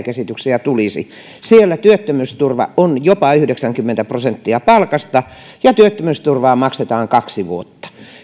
käsityksiä tulisi että siellä työttömyysturva on jopa yhdeksänkymmentä prosenttia palkasta ja työttömyysturvaa maksetaan kaksi vuotta